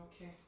Okay